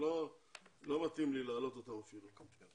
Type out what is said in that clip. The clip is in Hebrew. לא מתאים לי להעלות אותם אפילו.